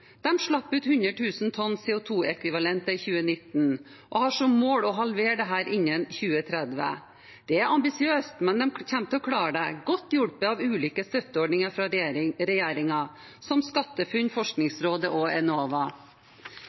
slapp ut 100 000 tonn CO 2 -ekvivalenter i 2019 og har som mål å halvere dette innen 2030. Det er ambisiøst, men de kommer til å klare det, godt hjulpet av ulike støtteordninger fra regjeringen, som SkatteFUNN, Forskningsrådet og Enova.